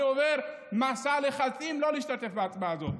אני עובר מסע לחצים לא להשתתף בהצבעה הזאת,